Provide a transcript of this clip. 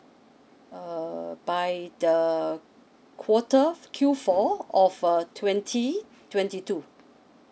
uh by the quarter of Q four of uh twenty twenty two